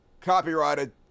copyrighted